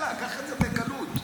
קח את זה בקלות.